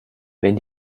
wenn